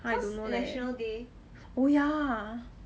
I don't know leh oh ya